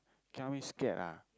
Kia means scared ah